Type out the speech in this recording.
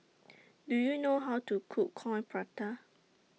Do YOU know How to Cook Coin Prata